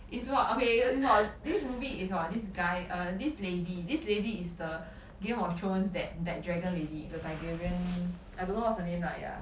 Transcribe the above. it's about okay it's about this movie is about this guy err this lady this lady is the game of thrones that that dragon lady the Targaryen I don't know what's her name lah ya